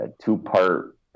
two-part